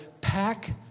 Pack